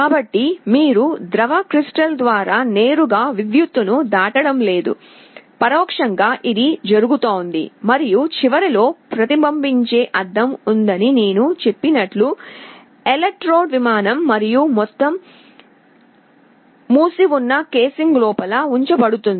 కాబట్టి మీరు ద్రవ క్రిస్టల్ ద్వారా నేరుగా విద్యుత్తును దాటడం లేదు పరోక్షంగా ఇది జరుగుతోంది మరియు చివరలో ప్రతిబింబించే అద్దం ఉందని నేను చెప్పినట్లు ఎలక్ట్రోడ్ విమానం మరియు మొత్తం అమరిక మూసివున్న కేసింగ్ లోపల ఉంచబడుతుంది